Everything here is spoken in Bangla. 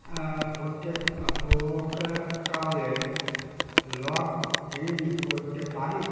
প্রটেক পোর্টালে লগ ইন করতে পারি